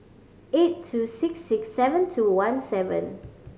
eight two six six seven two one seven